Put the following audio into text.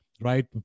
right